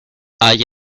hay